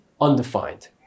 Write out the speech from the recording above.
undefined